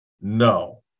No